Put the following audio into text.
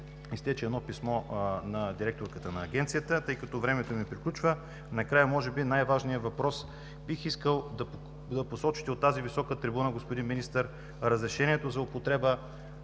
изтече писмо на директорката на Агенцията? Тъй като времето ми приключва, накрая може би най-важният въпрос: бих искал да посочите от тази висока трибуна, господин Министър, разрешението за употреба